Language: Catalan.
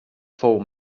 fou